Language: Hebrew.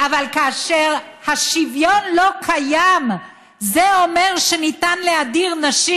אבל כאשר השוויון לא קיים זה אומר שניתן להדיר נשים,